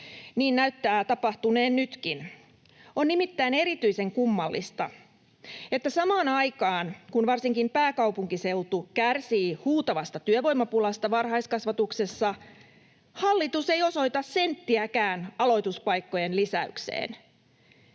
Niin näyttää tapahtuneen nytkin. On nimittäin erityisen kummallista, että samaan aikaan, kun varsinkin pääkaupunkiseutu kärsii huutavasta työvoimapulasta varhaiskasvatuksessa, hallitus ei osoita senttiäkään aloituspaikkojen lisäykseen.